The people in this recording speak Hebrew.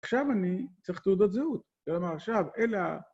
עכשיו אני צריך תעודת זהות. זה לא מה עכשיו, אלא...